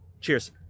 Cheers